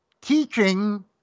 teaching